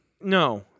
No